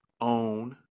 own